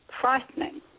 frightening